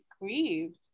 grieved